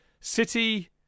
City